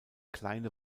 kleine